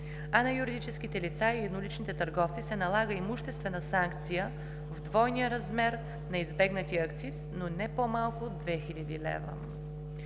а на юридическите лица и едноличните търговци се налага имуществена санкция в двойния размер на избегнатия акциз, но не по-малко от 2000 лв.